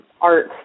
art